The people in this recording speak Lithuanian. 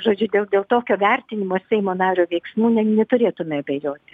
žodžiu dėl dėl tokio vertinimo seimo nario veiksmų ne neturėtume abejoti